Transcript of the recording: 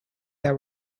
that